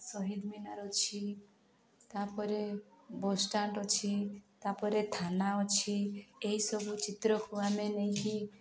ଶହିଦ୍ ମିନାର୍ ଅଛି ତାପରେ bus stand ଅଛି ତାପରେ ଥାନା ଅଛି ଏହିସବୁ ଚିତ୍ରକୁ ଆମେ ନେଇକି